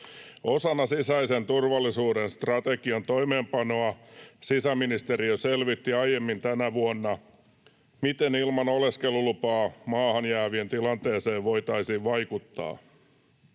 ”Osana sisäisen turvallisuuden strategian toimeenpanoa sisäministeriö selvitti aiemmin tänä vuonna, miten ilman oleskelulupaa maahan jäävien tilanteeseen voitaisiin vaikuttaa.